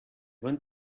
went